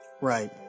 Right